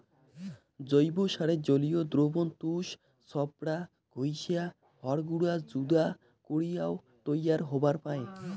জৈব সারের জলীয় দ্রবণ তুষ, ছোবড়া, ঘইষা, হড় গুঁড়া যুদা করিয়াও তৈয়ার হবার পায়